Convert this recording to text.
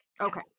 Okay